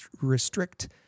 restrict